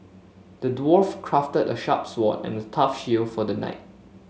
the dwarf crafted a sharp sword and a tough shield for the knight